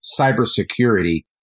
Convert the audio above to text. cybersecurity